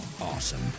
awesome